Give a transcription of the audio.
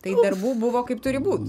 tai darbų buvo kaip turi būt